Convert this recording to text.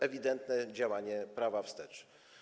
Ewidentne działanie prawa wstecz.